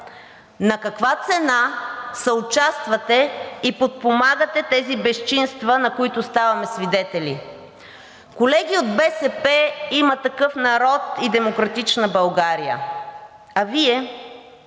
На каква цена съучаствате и подпомагате тези безчинства, на които ставаме свидетели? Колеги от БСП, „Има такъв народ“ и „Демократична България“, а Вие